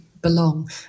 belong